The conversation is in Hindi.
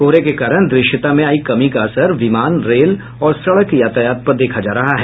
कोहरे के कारण द्रश्यता में आयी कमी का असर विमान रेल और सड़क यातायात पर देखा जा रहा है